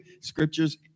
scriptures